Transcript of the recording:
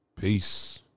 peace